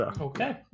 Okay